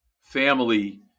family